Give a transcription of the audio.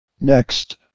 Next